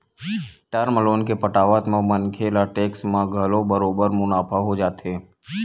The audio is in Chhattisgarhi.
टर्म लोन के पटावत म मनखे ल टेक्स म घलो बरोबर मुनाफा हो जाथे